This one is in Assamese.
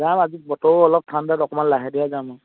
যাম আজি বতৰো অলপ ঠাণ্ডা অকণমান লাহে ধীৰে যাম আৰু